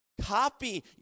Copy